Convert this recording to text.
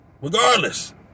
Regardless